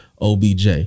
OBJ